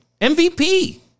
MVP